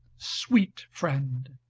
sweet friend!